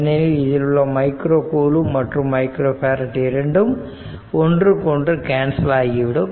ஏனெனில் இதில் உள்ள மைக்ரோ கூலும்ப் மற்றும் மைக்ரோ பேரட் இரண்டும் ஒன்றுக்கொன்று கேன்சல் ஆகிவிடும்